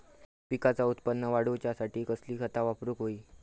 पिकाचा उत्पन वाढवूच्यासाठी कसली खता वापरूक होई?